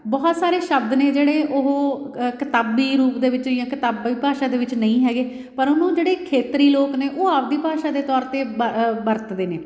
ਬਹੁਤ ਸਾਰੇ ਸ਼ਬਦ ਨੇ ਜਿਹੜੇ ਉਹ ਕਿਤਾਬੀ ਰੂਪ ਦੇ ਵਿੱਚ ਜਾਂ ਕਿਤਾਬੀ ਭਾਸ਼ਾ ਦੇ ਵਿੱਚ ਨਹੀਂ ਹੈਗੇ ਪਰ ਉਹਨੂੰ ਜਿਹੜੇ ਖੇਤਰੀ ਲੋਕ ਨੇ ਉਹ ਆਪਣੀ ਭਾਸ਼ਾ ਦੇ ਤੌਰ 'ਤੇ ਵ ਅ ਵਰਤਦੇ ਨੇ